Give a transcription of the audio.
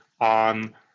on